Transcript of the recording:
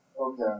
Okay